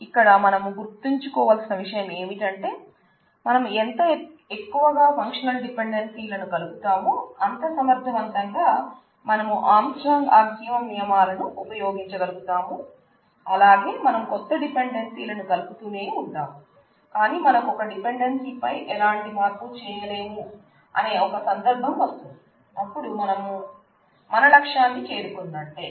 ఇక్కడ మనం గుర్తించుకోవలసిన విషయం ఏమిటంటే మనం ఎంత ఎక్కువగా ఫంక్షనల్ డిపెండెన్సీలను కలుపుతామో అంత సమర్థవంతంగా మనం ఆర్మ్స్ట్రాంగ్ ఆంక్సియోమ్ నియమాలను ఉపయోగించగలుగుతాం అలాగే మనం కొత్త డిపెండెన్సీలను కలుపుతూనే ఉంటాం కాని మనకు ఇక డిపెండెన్సీ పై ఎలాంటి మార్పు చేయలేం అనే ఒక సందర్భం వస్తుంది అప్పుడు మనం మన లక్ష్యాన్ని చేరుకున్నట్టే